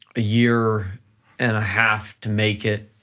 a year and a half to make it,